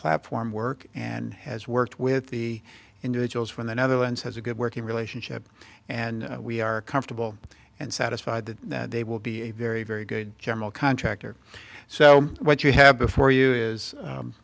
platform work and has worked with the individuals from the netherlands has a good working relationship and we are comfortable and satisfied that they will be a very very good general contractor so what you have before you is